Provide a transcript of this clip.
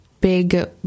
big